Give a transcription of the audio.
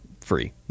free